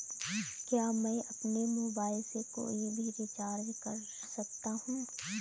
क्या मैं अपने मोबाइल से कोई भी रिचार्ज कर सकता हूँ?